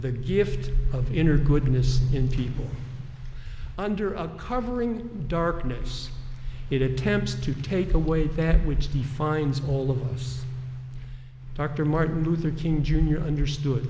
the gift of inner goodness in people under a covering darkness it attempts to take away that which defines all of us dr martin luther king jr understood